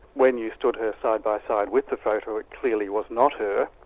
when you stood her side by side with the photo, it clearly was not her,